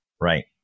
Right